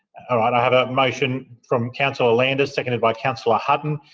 i have a motion from councillor landers, seconded by councillor hutton,